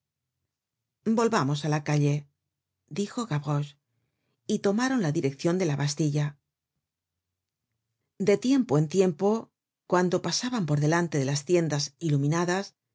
volvamos á la calle dijo gavroche y tomaron la direccion de la bastilla de tiempo en tiempo cuando pasaban por delante de las tiendas iluminadas el